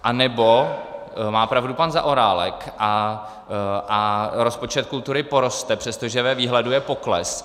Anebo má pravdu pan Zaorálek a rozpočet kultury poroste, přestože ve výhledu je pokles.